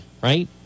right